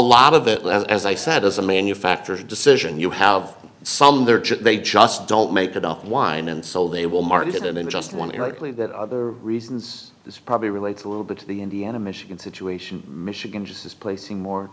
lot of it as i said is a manufactured decision you have some there they just don't make that up wine and so they will market and then just want to rightly that other reasons this probably relates a little bit to the indiana michigan situation michigan just is placing more